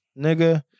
nigga